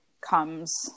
comes